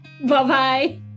Bye-bye